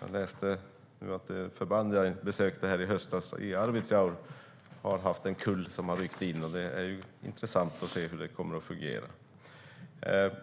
Jag läste nu att det förband jag besökte i Arvidsjaur i höstas har en kull som har ryckt in, och det blir intressant att se hur det kommer att fungera.